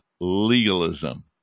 legalism